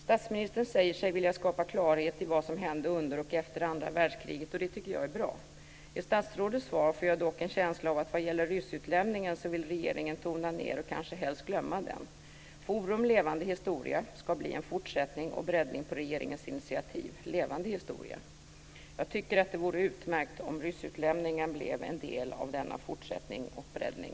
Statsministern säger sig vilja skapa klarhet i vad som hände under och efter andra världskriget. Det tycker jag är bra. I fråga om statsrådets svar får jag dock en känsla av att regeringen vill tona ned och kanske helst glömma ryssutlämningen. Forum Levande historia ska bli en fortsättning och breddning på regeringens initiativ Levande historia. Jag tycker att det vore utmärkt om ryssutlämningen blev en del av denna fortsättning och breddning.